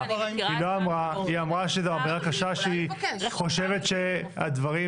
היא אמרה שזו אמירה קשה שהיא חושבת שהדברים,